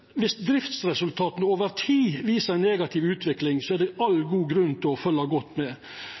Viss driftsresultata over tid viser ei negativ utvikling, er det all grunn til å følgja godt med.